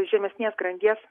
žemesnės grandies